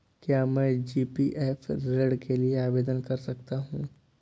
क्या मैं जी.पी.एफ ऋण के लिए आवेदन कर सकता हूँ?